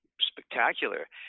spectacular